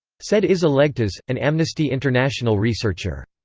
said izza leghtas, an amnesty international researcher.